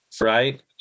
right